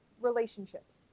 relationships